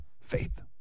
Faith